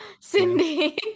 Cindy